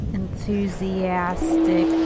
enthusiastic